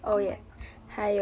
oh my god